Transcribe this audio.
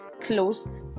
Closed